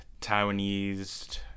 taiwanese